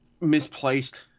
misplaced